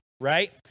right